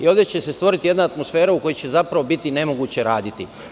Ovde će se stvoriti jedna atmosfera u kojoj će biti nemoguće raditi.